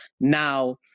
Now